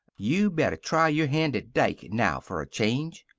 you better try your hand at dike now for a change.